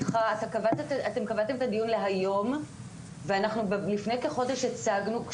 אתם קבעתם את הדיון להיום ואנחנו לפני כחודש הצגנו,